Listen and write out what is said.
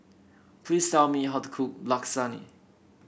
please tell me how to cook Lasagne